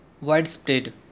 widespread